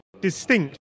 distinct